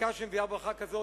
חקיקה שמביאה ברכה כזאת,